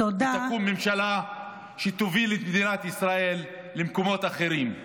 שתקום ממשלה שתוביל את מדינת ישראל למקומות אחרים.